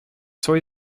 soy